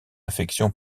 infection